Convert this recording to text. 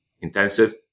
intensive